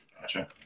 Gotcha